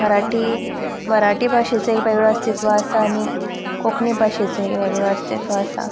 मराठी मराठी भाशेचो एक वेगळो अस्तित्व आसा आनी कोंकणी भाशेचो एक वेगळो अस्तित्व आसा